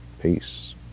Peace